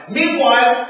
Meanwhile